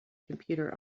computer